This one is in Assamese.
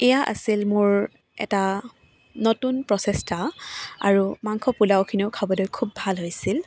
এয়া আছিল মোৰ এটা নতুন প্ৰচেষ্টা আৰু মাংস পোলাওখিনিও খাবলৈ খুব ভাল হৈছিল